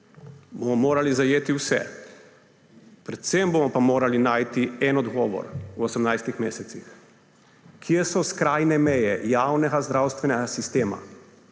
bomo morali zajeti vse, predvsem pa bomo morali najti en odgovor v 18 mesecih – kje so skrajne meje javnega zdravstvenega sistema,